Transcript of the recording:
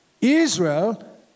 Israel